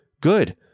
Good